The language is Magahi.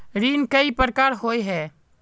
ऋण कई प्रकार होए है?